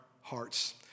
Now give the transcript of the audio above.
hearts